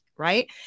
right